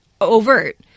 overt